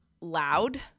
loud